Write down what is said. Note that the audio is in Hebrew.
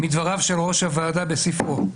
מדבריו של ראש הוועדה בספרו: